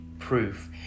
proof